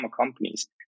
companies